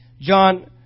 John